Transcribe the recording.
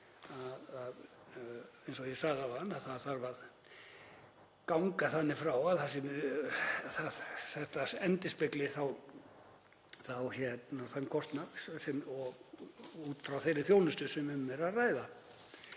eins og ég sagði áðan, að það þarf að ganga þannig frá að þetta endurspegli þá þann kostnað út frá þeirri þjónustu sem um er að ræða.